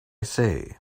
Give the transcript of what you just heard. say